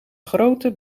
grote